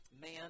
man